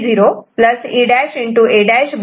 D0 E'